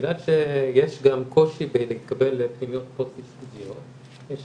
בגלל שיש גם קושי להתקבל לפנימיות פוסט טיפוליות יש